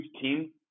team